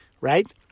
right